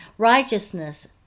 Righteousness